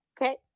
Okay